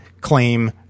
claim